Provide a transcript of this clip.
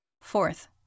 Fourth